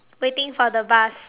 waiting for the bus